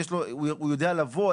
הוא יודע לבוא,